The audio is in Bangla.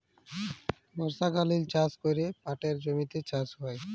বর্ষকালীল চাষ ক্যরে পাটের জমিতে চাষ হ্যয়